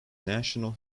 national